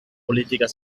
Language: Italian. politica